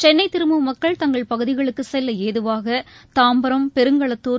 சென்னைதிரும்பும் மக்கள் தங்கள் பகுதிகளுக்குசெல்லஏதுவாக தாம்பரம் பெருங்களத்தூர்